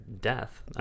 death